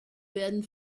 werden